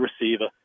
receiver